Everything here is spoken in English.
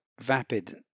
vapid